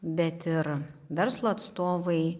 bet ir verslo atstovai